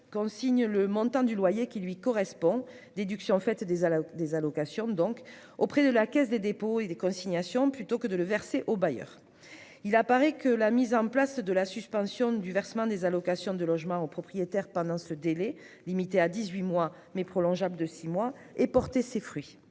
consigne le montant du loyer qui lui incombe- déduction faite des allocations -auprès de la Caisse des dépôts et consignations (CDC), plutôt que de le verser au bailleur. Il apparaît que la mise en place de la suspension du versement des allocations de logement au propriétaire pendant ce délai, limité à dix-huit mois, mais prolongeable de six mois, a porté ses fruits.